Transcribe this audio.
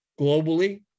globally